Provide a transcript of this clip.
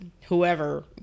whoever